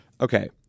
Okay